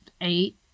eight